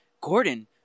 gordon